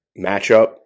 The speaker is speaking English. matchup